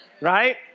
right